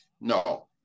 no